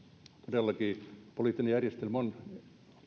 todellakin poliittinen järjestelmä on